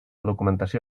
documentació